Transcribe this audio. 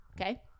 okay